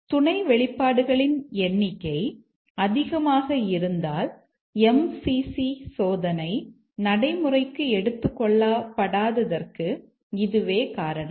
துணை வெளிப்பாடுகளின் எண்ணிக்கை அதிகமாக இருந்தால் MCC சோதனை நடைமுறைக்கு எடுத்துக் கொள்ளப்படாததற்கு இதுவே காரணம்